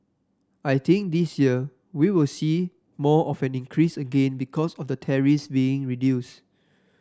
I think this year we will see more of an increase again because of the tariffs being reduced